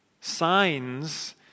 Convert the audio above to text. Signs